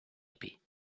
épée